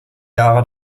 jahre